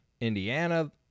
Indiana